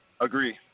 Agree